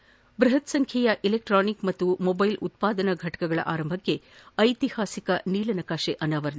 ಬ್ಬಹತ್ ಸಂಖ್ಲೆಯ ಎಲೆಕ್ಷಾನಿಕ್ ಮತ್ತು ಮೊಬ್ಲೆಲ್ ಉತ್ಪಾದನಾ ಘಟಕಗಳ ಆರಂಭಕ್ಕೆ ಐತಿಹಾಸಿಕ ನೀಲ ನಕಾಶೆ ಅನಾವರಣ